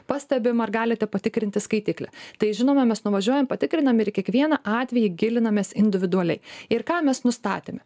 pastebim ar galite patikrinti skaitiklį tai žinoma mes nuvažiuojam patikrinam ir kiekvieną atvejį gilinamės individualiai ir ką mes nustatėme